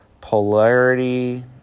polarity